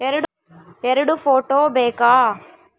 ಎರಡು ಫೋಟೋ ಬೇಕಾ?